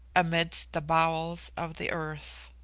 amidst the bowels of the earth.